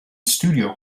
studio